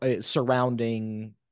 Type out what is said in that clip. surrounding